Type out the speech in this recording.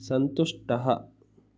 सन्तुष्टः